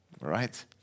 Right